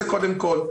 זה קודם כל.